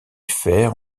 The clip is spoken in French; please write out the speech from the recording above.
fer